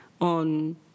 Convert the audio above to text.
on